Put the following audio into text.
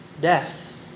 Death